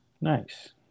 nice